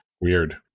Weird